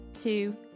two